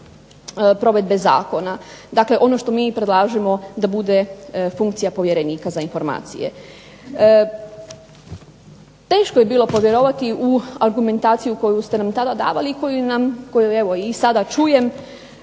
provedbe zakona. Dakle, ono što mi predlažemo da bude funkcija povjerenika za informacije. Teško je bilo povjerovati u argumentaciju koju ste nam tada davali i koju nam, koju evo i sada čujem